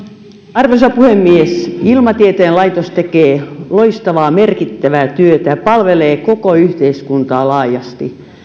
arvoisa puhemies ilmatieteen laitos tekee loistavaa merkittävää työtä ja palvelee koko yhteiskuntaa laajasti